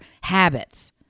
habits